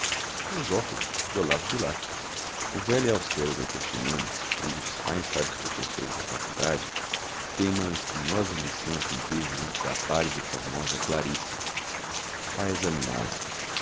bilac o velho e austero doutor ximenes um dos mais sábios professores da faculdade tem uma espinhosa missão a cumprir junto da pálida e formosa clarice vai examiná-la